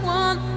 one